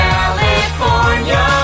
California